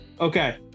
Okay